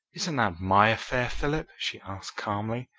isn't that my affair, philip? she asked calmly.